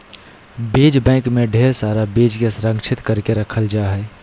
बीज बैंक मे ढेर सारा बीज के संरक्षित करके रखल जा हय